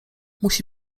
musi